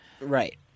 Right